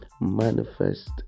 manifest